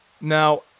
Now